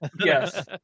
yes